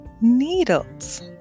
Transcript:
needles